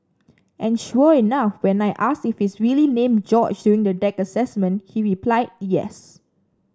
and sure enough when I asked if he's really named George during the deck assessment he replied yes